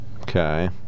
Okay